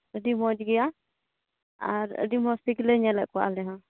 ᱟᱹᱰᱤ ᱢᱚᱡᱽ ᱜᱮᱭᱟ ᱟᱨ ᱟᱹᱰᱤ ᱢᱚᱡᱽ ᱛᱮᱜᱮᱞᱮ ᱧᱮᱞᱮᱫ ᱠᱚᱣᱟ ᱟᱞᱮ ᱦᱚᱸ